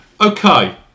Okay